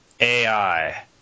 AI